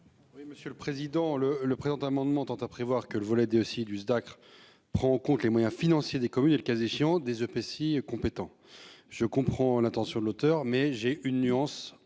Oui, monsieur le président. Le le présent amendement tend à prévoir que le volet dit aussi du Dacr prend en compte les moyens financiers des communes et le cas échéant des EPCI compétents. Je comprends l'intention de l'auteur, mais j'ai une nuance